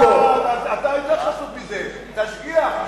תשגיח.